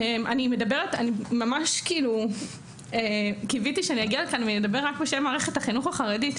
אני ממש קיוויתי שאני אגיע לכאן ואדבר רק בשם מערכת החינוך החרדית,